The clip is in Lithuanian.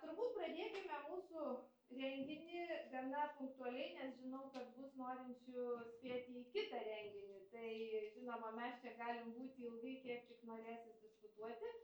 turbūt pradėkime mūsų renginį gana punktualiai nes žinau kad bus norinčių spėti į kitą renginį tai žinoma mes čia galim būti ilgai kiek tik norėsis diskutuoti